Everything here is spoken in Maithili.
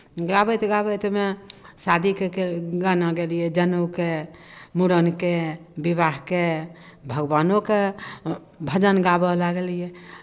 गाबैत गाबैतमे शादीके गाना गेलियै जनेउके मूड़नके विवाहके भगवानोके भजन गाबय लगलियै